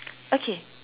okay